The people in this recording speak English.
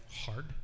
hard